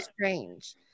strange